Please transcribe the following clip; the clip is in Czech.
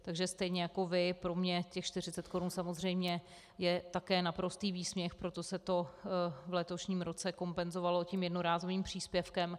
Takže stejně jako vy, pro mě těch 40 korun samozřejmě je také naprostý výsměch, proto se to v letošním roce kompenzovalo tím jednorázovým příspěvkem.